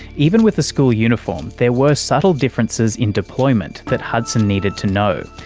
even with a school uniform, there were subtle differences in deployment that hudson needed to know,